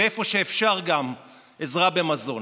ואיפה שאפשר גם עזרה במזון,